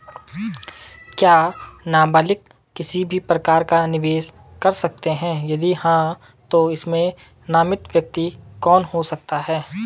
क्या नबालिग किसी भी प्रकार का निवेश कर सकते हैं यदि हाँ तो इसमें नामित व्यक्ति कौन हो सकता हैं?